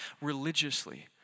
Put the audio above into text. religiously